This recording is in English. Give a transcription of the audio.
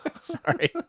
Sorry